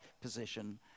position